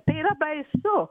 tai yra baisu